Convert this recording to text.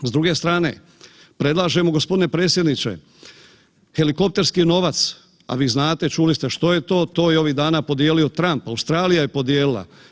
S druge strane, predlažemo, g. predsjedniče, helikopterski novac, a vi znate, čuli ste što je to, to je ovih dana podijelio Trump, Australija je podijelila.